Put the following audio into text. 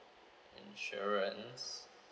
insurance